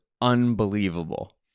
unbelievable